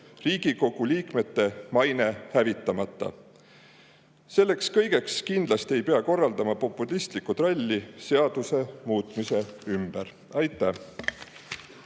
Riigikogu liikmete maine hävitamata. Selleks kõigeks kindlasti ei pea korraldama populistlikku tralli seaduse muutmise ümber. Aitäh!